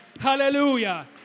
Hallelujah